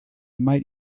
might